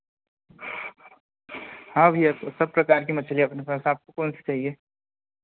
हाँ भैया सब प्रकार के मछली है अपने पास आपको कौनसी चाहिए